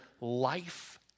life